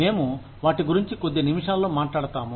మేము వాటి గురించి కొద్ది నిమిషాల్లో మాట్లాడతాము